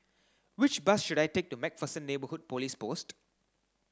which bus should I take to MacPherson Neighbourhood Police Post